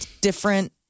different